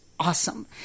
awesome